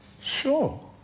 Sure